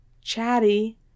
Chatty